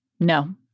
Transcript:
no